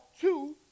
two